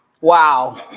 wow